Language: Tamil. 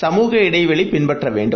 சமுக இடைவெளிபின்பற்றவேண்டும்